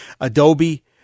Adobe